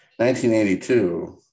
1982